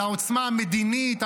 על העוצמה המדינית,